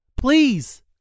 please